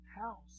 house